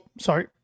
Sorry